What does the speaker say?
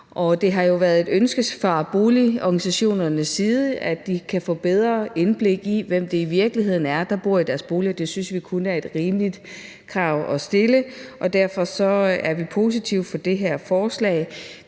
Det har jo været et ønske fra boligorganisationernes side at få et bedre indblik i, hvem det i virkeligheden er, der bor i deres boliger. Det synes vi kun er et rimeligt krav at stille, og derfor er vi positive over for det her forslag.